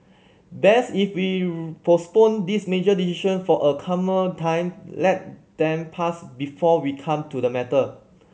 best if you postponed this major decision for a calmer time let time pass before we come to the matter